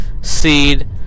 seed